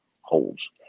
holds